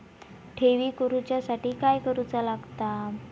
ठेवी करूच्या साठी काय करूचा लागता?